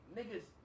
Niggas